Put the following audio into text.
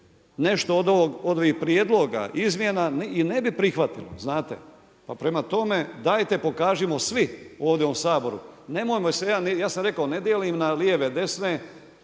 nešto od ovih prijedloga izmjena i ne bi prihvatilo, znate. Pa prema tome, dajte, pokažimo svi ovdje u ovom Saboru, ja sam rekao, ne dijelim na lijeve, desne,